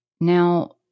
Now